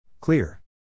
Clear